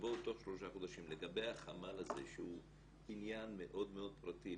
ותבואו תוך שלושה חודשים לגבי החמ"ל הזה שהוא עניין מאוד פרטי.